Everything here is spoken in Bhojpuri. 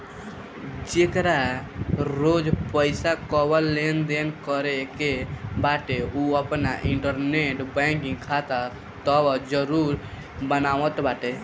जेकरा रोज पईसा कअ लेनदेन करे के बाटे उ आपन इंटरनेट बैंकिंग खाता तअ जरुर बनावत बाटे